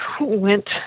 went